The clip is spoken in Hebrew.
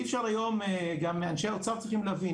אי אפשר היום גם אנשי האוצר צריכים להבין,